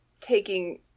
taking